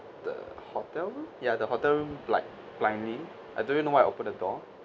the hotel room ya the hotel room like blindly I don't even know why I open the door